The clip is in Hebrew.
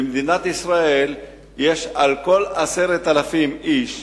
ובמדינת ישראל יש על כל 10,000 איש